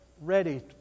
ready